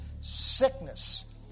sickness